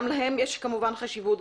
גם להם יש כמובן חשיבות,